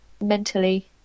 mentally